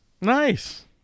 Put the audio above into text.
Nice